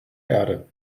erde